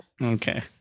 Okay